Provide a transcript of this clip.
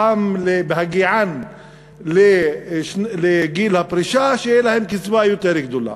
בהגיען לגיל הפרישה, שתהיה להן קצבה יותר גדולה.